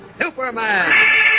Superman